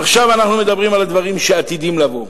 עכשיו אנחנו מדברים על הדברים שעתידים לבוא.